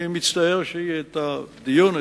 אני מצטער שהיא הסיטה את הדיון,